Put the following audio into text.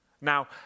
Now